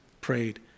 prayed